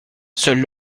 celle